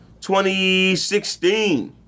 2016